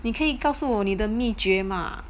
你可以告诉我你的秘诀吗